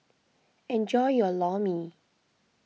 enjoy your Lor Mee